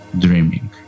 dreaming